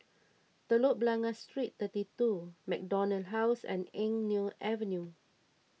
Telok Blangah Street thirty two MacDonald House and Eng Neo Avenue